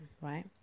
right